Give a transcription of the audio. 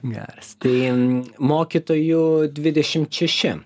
geras tai mokytojų dvidešimt šeši